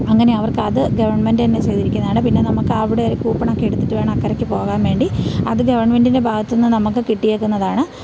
അങ്ങനെ അവര്ക്ക് അത് ഗവണ്മെൻ്റ് തന്നെ ചെയ്തിരിക്കുന്നതാണ് പിന്നെ നമുക്ക് അവിടെ കൂപ്പണൊക്കെ എടുത്തിട്ടു വേണം അക്കരയ്ക്ക് പോകാൻ വേണ്ടി അത് ഗവണ്മെന്റിന്റെ ഭാഗത്തു നിന്ന് നമുക്ക് കിട്ടിയേക്കുന്നതാണ്